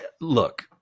look